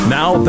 now